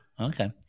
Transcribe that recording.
Okay